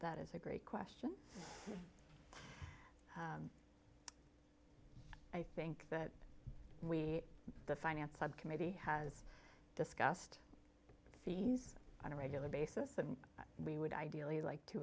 that is a great question i think that we the finance subcommittee has discussed fees on a regular basis and we would ideally like t